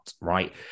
right